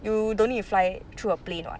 you don't need to fly through a plane [what]